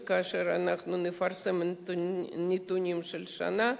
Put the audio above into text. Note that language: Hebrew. וכאשר אנחנו נפרסם נתונים של שנת 2011,